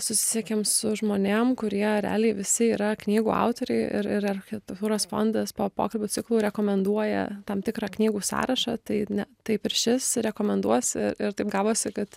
susisiekėm su žmonėm kurie realiai visi yra knygų autoriai ir ir architektūros fondas po pokalbių ciklų rekomenduoja tam tikrą knygų sąrašą tai ne taip ir šis rekomenduos ir ir taip gavosi kad